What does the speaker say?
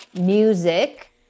music